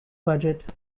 budget